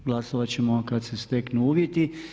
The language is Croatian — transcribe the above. Glasovati ćemo kada se steknu uvjeti.